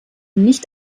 nicht